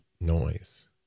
noise